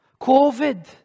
COVID